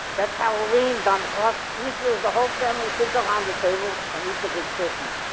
that's halloween dunkoff. easter is the whole family sits around the table and eats a big turkey.